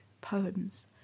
poems